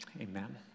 amen